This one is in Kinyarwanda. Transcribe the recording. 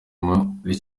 muri